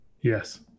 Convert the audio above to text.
Yes